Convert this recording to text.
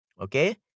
okay